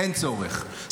אין צורך.